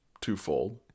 twofold